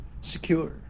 secure